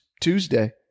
Tuesday